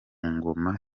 ngoma